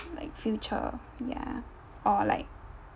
like future ya or like